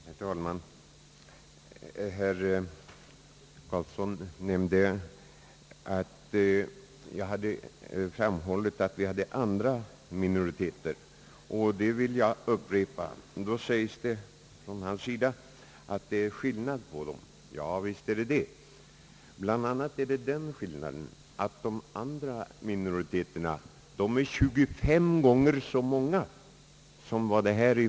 Herr talman! Herr Eric Carlsson nämnde att jag hade framhållit, att det finns andra minoriteter, och det vill jag upprepa. Han sade vidare, att det dock var en skillnad mellan dem och samerna. Visst är det så, bl.a. den skillnaden att de andra minoriteterna är 25 gånger så många som samerna.